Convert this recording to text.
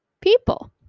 people